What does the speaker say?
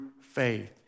faith